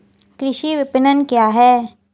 कृषि विपणन क्या है?